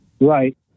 Right